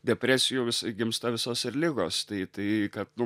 depresijų vis gimsta visos ir ligos tai tai kad nu